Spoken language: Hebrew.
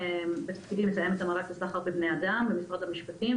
בתפקידי אני מתאמת המאבק בסחר בבני אדם במשרד המשפטים,